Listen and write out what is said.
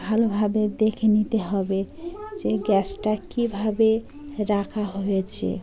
ভালোভাবে দেখে নিতে হবে যে গ্যাসটা কীভাবে রাখা হয়েছে